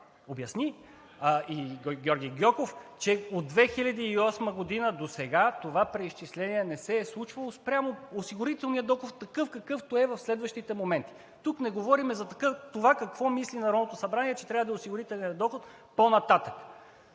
обясни, и Георги Гьоков, е, че от 2008 г. досега това преизчисление не се е случвало спрямо осигурителния доход, какъвто е в следващите моменти. Тук не говорим за това какъв мисли Народното събрание, че трябва да е осигурителният доход по-нататък.